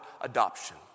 adoption